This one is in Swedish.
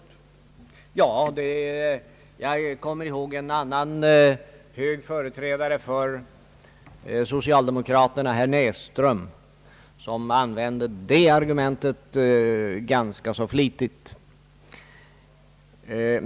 Ja, jag kommer ihåg en annan hög företrädare för socialdemokraterna, herr Näsström, som använde det argumentet ganska flitigt.